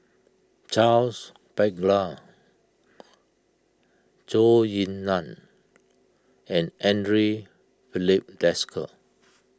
Charles Paglar Zhou Ying Nan and andre Filipe Desker